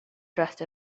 dressed